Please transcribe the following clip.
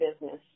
business